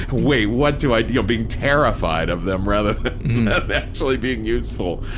ah wait, what do i, you know, being terrified of them rather than actually being useful.